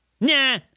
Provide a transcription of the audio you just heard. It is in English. nah